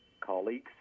colleagues